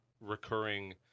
recurring